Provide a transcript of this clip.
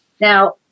Now